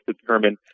determine